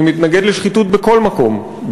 אני מתנגד לשחיתות בכל מקום,